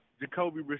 Jacoby